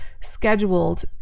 scheduled